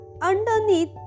underneath